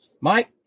Mike